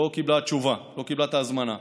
לא קיבלה תשובה, לא קיבלה את ההזמנה.